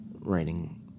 writing